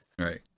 right